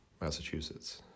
Massachusetts